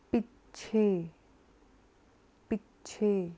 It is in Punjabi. ਪਿੱਛੇ ਪਿੱਛੇ